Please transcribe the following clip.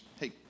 hey